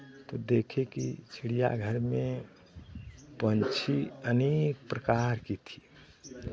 तो देखे कि चिड़ियाघर में पंछी अनेक प्रकार के थे